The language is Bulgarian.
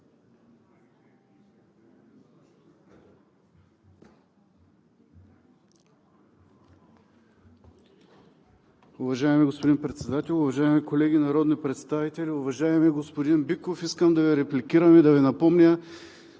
Уважаеми господин Председател, уважаеми колеги народни представители! Уважаеми господин Биков, искам да Ви репликирам и да Ви напомня